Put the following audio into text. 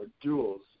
duels